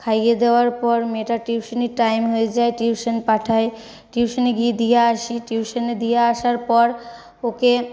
খাইয়ে দেওয়ার পর মেয়েটার টিউশনির টাইম হয়ে যায় টিউশন পাঠায় টিউশনে গিয়ে দিয়ে আসি টিউশনে দিয়ে আসার পর ওকে